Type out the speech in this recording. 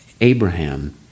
Abraham